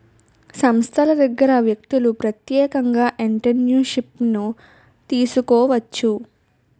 సంస్థల దగ్గర వ్యక్తులు ప్రత్యేకంగా ఎంటర్ప్రిన్యూర్షిప్ను తీసుకోవచ్చు